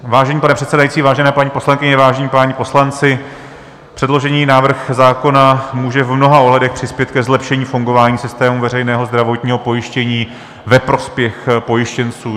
Vážený pane předsedající, vážené paní poslankyně, vážení páni poslanci, předložený návrh zákona může v mnoha ohledech přispět ke zlepšení fungování systému veřejného zdravotního pojištění ve prospěch pojištěnců.